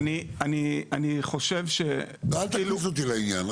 אני חושב --- אל תכניס אותי לעניין,